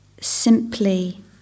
simply